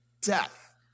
death